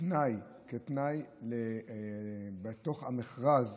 כתנאי בתוך המכרז,